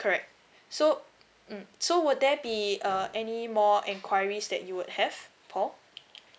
correct so mm so will there be uh any more enquiries that you would have paul